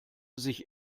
sich